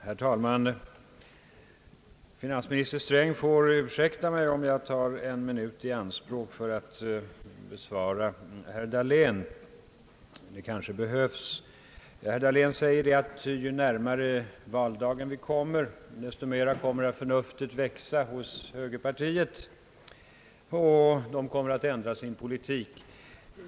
Herr talman! Finansminister Sträng får ursäkta mig om jag tar en minut i anspråk för att besvara herr Dahlén. Herr Dahlén säger att ju närmare valdagen vi kommer, desto mera kommer förnuftet att växa hos högerpartiet som då kommer att ändra sin skattepolitik.